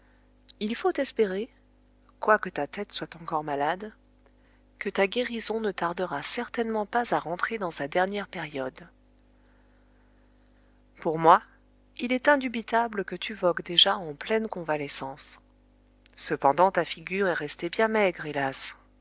il faut espérer quoique ta tête soit encore malade que ta guérison ne tardera certainement pas à rentrer dans sa dernière période pour moi il est indubitable que tu vogues déjà en pleine convalescence cependant ta figure est restée bien maigre hélas